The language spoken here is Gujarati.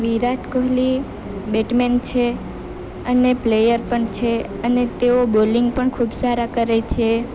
વિરાટ કોહલી બેટમેન છે અને પ્લેયર પણ છે અને તેઓ બોલિંગ પણ ખૂબ સારા કરે છે